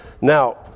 Now